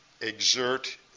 exert